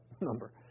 number